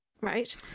right